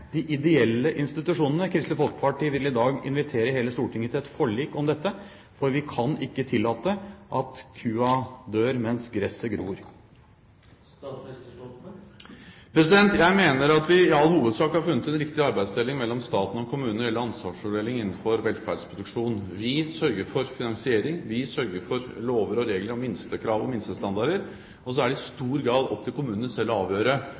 de ideelle institusjonene. Kristelig Folkeparti vil i dag invitere hele Stortinget til et forlik om dette, for vi kan ikke tillate at kua dør mens gresset gror. Jeg mener at vi i all hovedsak har funnet en riktig arbeidsdeling mellom staten og kommunen når det gjelder ansvarsfordeling innenfor velferdsproduksjon. Vi sørger for finansiering. Vi sørger for lover og regler og minstekrav og minstestandarder, og så er det i stor grad opp til kommunene selv å avgjøre